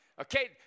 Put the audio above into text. Okay